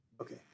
Okay